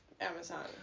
Amazon